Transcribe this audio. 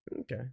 Okay